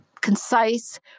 concise